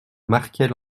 marquait